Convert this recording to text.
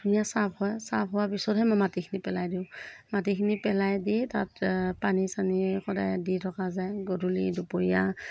ধুনীয়া চাফ হয় চাফ হোৱা পিছতহে মই মাটিখিনি পেলাই দিওঁ মাটিখিনি পেলাই দি তাত পানী চানী সদায় দি থকা যায় গধূলি দুপৰীয়া